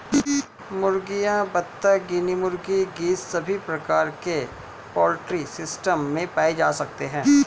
मुर्गियां, बत्तख, गिनी मुर्गी, गीज़ सभी प्रकार के पोल्ट्री सिस्टम में पाए जा सकते है